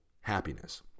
happiness